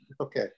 Okay